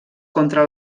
contra